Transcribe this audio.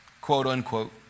quote-unquote